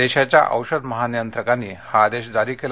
देशाच्या औषध महानियंत्रकांनी हा आदेश जारी केला